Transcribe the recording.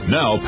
now